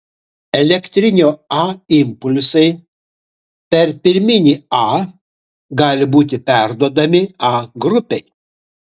elektrinio a impulsai per pirminį a gali būti perduodami a grupei